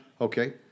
Okay